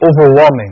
overwhelming